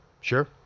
sure